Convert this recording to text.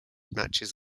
matches